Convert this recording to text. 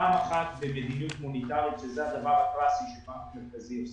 פעם אחת במדיניות מוניטרית וזה הדבר הקלאסי שבנק מרכזי עושה,